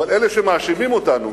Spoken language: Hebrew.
אבל אלה שמאשימים אותנו,